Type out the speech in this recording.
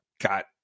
got